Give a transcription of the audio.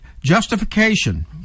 Justification